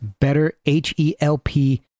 BetterHelp